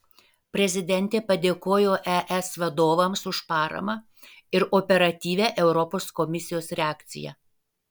prezidentė padėkojo es vadovams už paramą ir operatyvią europos komisijos reakciją